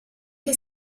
che